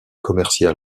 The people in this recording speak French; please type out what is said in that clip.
commerciales